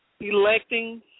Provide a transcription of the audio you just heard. electing